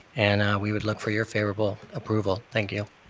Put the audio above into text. and we would look for your favorable approval. thank you.